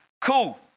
Cool